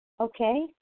Okay